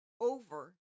over